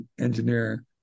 engineer